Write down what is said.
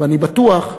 ואני בטוח,